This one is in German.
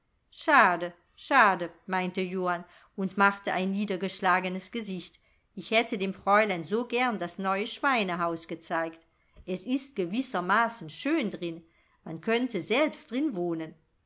schade schade meinte johann und machte ein niedergeschlagenes gesicht ich hätte dem fräulein so gern das neue schweinehaus gezeigt es ist gewissermaßen schön drin man könnte selbst drin wohnen